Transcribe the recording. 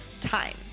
time